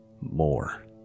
more